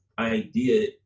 idea